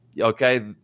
Okay